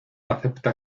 acepta